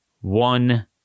One